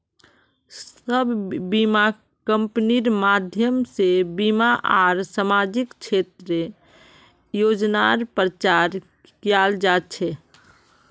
सब बीमा कम्पनिर माध्यम से बीमा आर सामाजिक क्षेत्रेर योजनार प्रचार कियाल जा छे